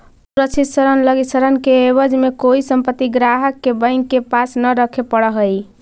असुरक्षित ऋण लगी ऋण के एवज में कोई संपत्ति ग्राहक के बैंक के पास न रखे पड़ऽ हइ